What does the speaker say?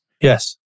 Yes